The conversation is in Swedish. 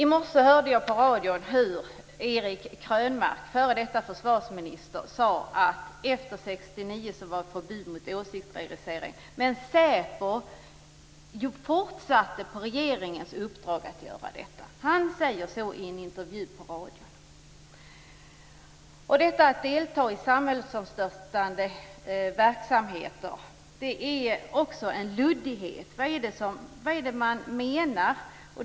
I morse hörde jag Eric Krönmark, f.d. försvarsminister, säga att det efter 1969 blev förbjudet med åsiktsregistrering. Men SÄPO fortsatte på regeringens uppdrag att registrera åsikter. Det sade Eric Krönmark i en radiointervju! I detta med att delta i samhällssomstörtande verksamheter finns en luddighet. Vad menar man med det?